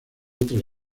otras